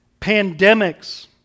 pandemics